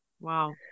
Wow